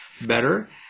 better